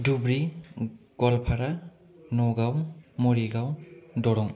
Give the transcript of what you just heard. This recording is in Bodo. धुबुरी गवालपारा न'गाव मरिगाव दरं